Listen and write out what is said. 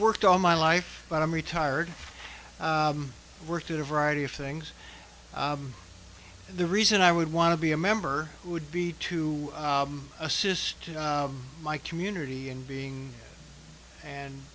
worked all my life but i'm retired worked in a variety of things and the reason i would want to be a member would be to assist my community and being and